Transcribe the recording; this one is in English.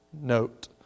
note